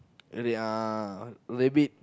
really uh rabbit